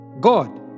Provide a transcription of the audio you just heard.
God